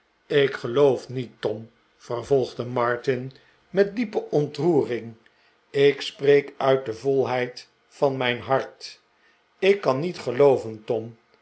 ik geloof niet tom vervolgde martin met diepe ontroering ik spreek uit de volheid van mijn hart ik kan niet gelooven tom